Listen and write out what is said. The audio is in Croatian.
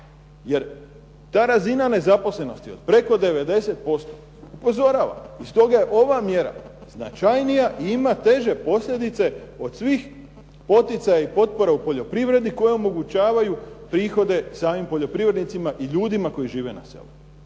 jer ta razina nezaposlenosti od preko 90% upozorava. I stoga je ova mjera značajnija i ima teže posljedice od svih poticaja i potpora u poljoprivredi koje omogućavaju prihode samim poljoprivrednicima i ljudima koji žive na selu.